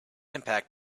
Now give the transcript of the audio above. impact